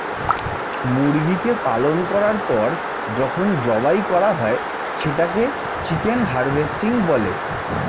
মুরগিকে পালন করার পর যখন জবাই করা হয় সেটাকে চিকেন হারভেস্টিং বলে